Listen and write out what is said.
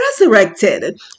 resurrected